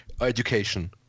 education